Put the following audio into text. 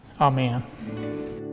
Amen